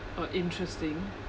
oh interesting